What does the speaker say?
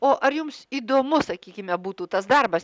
o ar jums įdomu sakykime būtų tas darbas